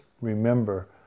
remember